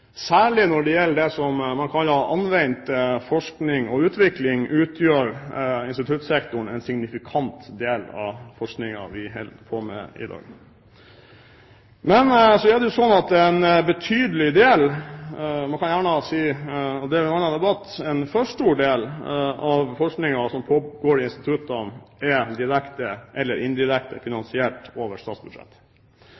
Særlig når det gjelder det man kaller anvendt forskning og utvikling, utgjør instituttsektoren en signifikant del av forskningen vi holder på med i dag. Men så er det slik at en betydelig del – man kan gjerne si en for stor del, men det er jo en annen debatt – av forskningen som pågår i instituttene, er direkte eller indirekte